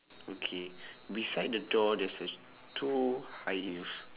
okay beside the door there's two high heels